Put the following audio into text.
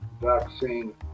vaccine